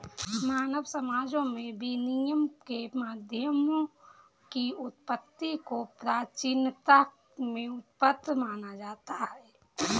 मानव समाजों में विनिमय के माध्यमों की उत्पत्ति को प्राचीनता में उत्पन्न माना जाता है